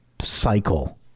Cycle